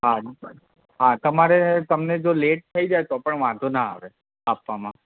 હા હા તમારે તમને જો લેટ થઇ જાય તો પણ વાંધો ના આવે આપવામાં